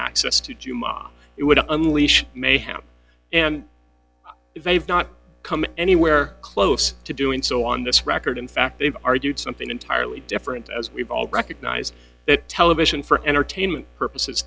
access to juma it would unleash mayhem and if they've not come anywhere close to doing so on this record in fact they've argued something entirely different as we've all recognized that television for entertainment purposes